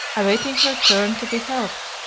awaiting her turn to be helped,